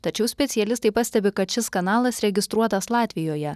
tačiau specialistai pastebi kad šis kanalas registruotas latvijoje